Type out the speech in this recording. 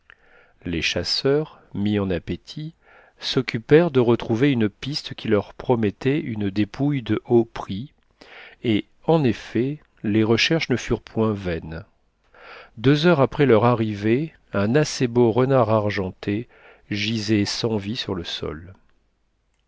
les chasseurs mis en appétit s'occupèrent de retrouver une piste qui leur promettait une dépouille de haut prix et en effet les recherches ne furent point vaines deux heures après leur arrivée un assez beau renard argenté gisait sans vie sur le sol